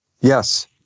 Yes